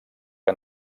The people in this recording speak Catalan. que